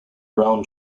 brown